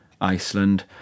Iceland